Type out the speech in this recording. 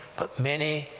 but many,